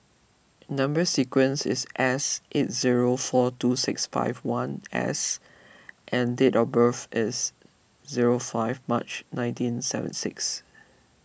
Number Sequence is S eight zero four two six five one S and date of birth is zero five March nineteen seventy six